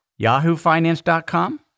yahoofinance.com